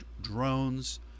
drones